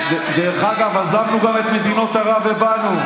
דרך אגב, עזבנו גם את מדינות ערב ובאנו.